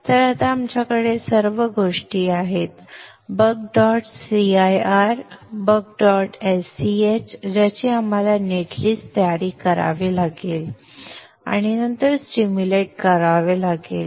तर आता आमच्याकडे सर्व गोष्टी आहेत buck dot cir buck dot sch ज्याची आम्हाला नेट लिस्ट तयार करावी लागेल आणि नंतर सिम्युलेट करावे लागेल